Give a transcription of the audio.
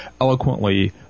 eloquently